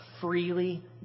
freely